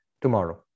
tomorrow